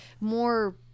more